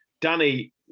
Danny